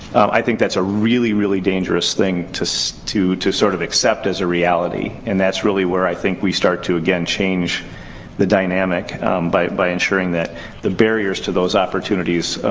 i think that's a really, really dangerous thing to so to sort of accept as a reality. and that's really where i think we start to, again, change the dynamic by ensuring that the barriers to those opportunities.